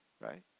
right